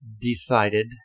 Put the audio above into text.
decided